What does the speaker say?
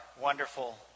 wonderful